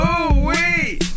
ooh-wee